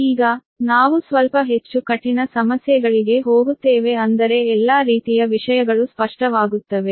ಈಗ ನಾವು ಸ್ವಲ್ಪ ಹೆಚ್ಚು ಕಠಿಣ ಸಮಸ್ಯೆಗಳಿಗೆ ಹೋಗುತ್ತೇವೆ ಅಂದರೆ ಎಲ್ಲಾ ರೀತಿಯ ವಿಷಯಗಳು ಸ್ಪಷ್ಟವಾಗುತ್ತವೆ